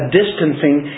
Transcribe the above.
distancing